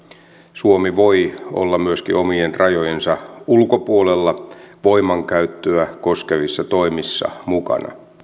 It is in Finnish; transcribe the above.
suomi voi olla myöskin omien rajojensa ulkopuolella voimankäyttöä koskevissa toimissa mukana